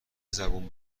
زبون